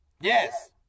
Yes